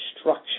structure